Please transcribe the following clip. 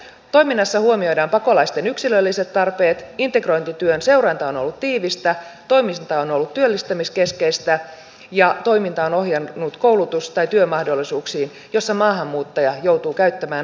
toiminnassa huomioidaan pakolaisten yksilölliset tarpeet integrointityön seuranta on ollut tiivistä toiminta on ollut työllistämiskeskeistä ja toiminta on ohjannut koulutus tai työmahdollisuuksiin joissa maahanmuuttaja joutuu käyttämään norjan kieltä